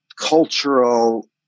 cultural